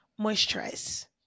moisturize